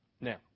Now